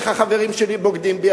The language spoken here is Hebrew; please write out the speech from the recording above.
איך החברים שלי בוגדים בי.